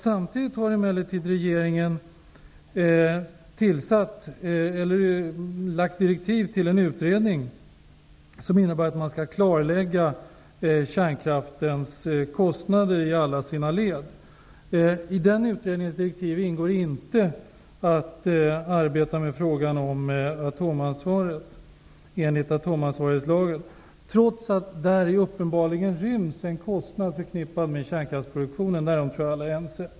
Samtidigt har emellertid regeringen lagt direktiv till en utredning som innebär att man skall klarlägga kärnkraftens kostnader i alla dess led. I utredningens direktiv ingår inte att arbeta med frågan om atomansvaret enligt atomansvarighetslagen, trots att däri uppenbarligen ryms en kostnad som är förknippad med kärnkraftsproduktionen. Därom tror jag att alla är ense.